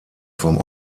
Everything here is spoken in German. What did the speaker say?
vom